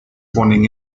ponen